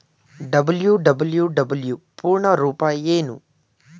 WWW ಪೂರ್ಣ ರೂಪ ಏನು?